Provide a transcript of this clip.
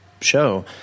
show